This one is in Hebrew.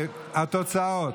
התוצאות: